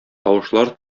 тавышлар